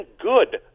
good